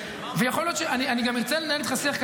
יכול להיות שאני גם ארצה לנהל איתך שיח,